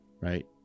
right